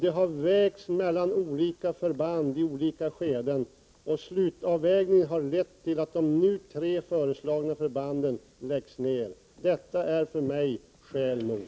Det har vägts mellan olika förband i olika skeden, och slutavvägningen har lett till att de tre nu föreslagna förbanden läggs ned. Detta är för mig skäl nog.